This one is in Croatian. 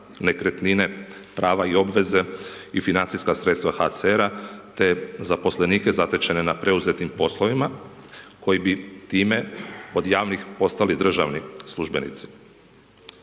nekretnine, prava i obveze i financijska sredstva HCR-a te zaposlenike zatečene na preuzetim poslovima, koji bi time, od javnih postali državni službenici.